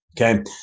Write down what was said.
Okay